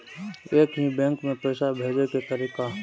एक ही बैंक मे पैसा भेजे के तरीका?